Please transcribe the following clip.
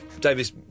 Davis